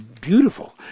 beautiful